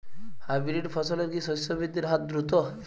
Hybrid ফসলের কি শস্য বৃদ্ধির হার দ্রুত?